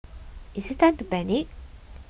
is it time to panic